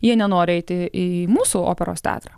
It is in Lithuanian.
jie nenori eiti į mūsų operos teatrą